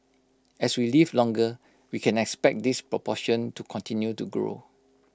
as we live longer we can expect this proportion to continue to grow